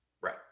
right